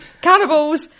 Cannibals